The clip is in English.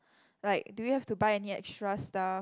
like do we have to buy any extra stuff